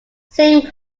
sing